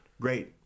Great